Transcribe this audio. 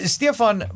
Stefan